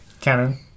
canon